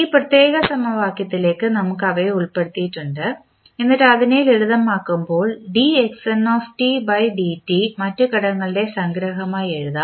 ഈ പ്രത്യേക സമവാക്യത്തിലേക്ക് നമ്മൾ അവയെ ഉൾപ്പെടുത്തിയിട്ടുണ്ട് എന്നിട്ട് അതിനെ ലളിതമാക്കുമ്പോൾ മറ്റ് ഘടകങ്ങളുടെ സംഗ്രഹമായി എഴുതാം